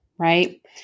right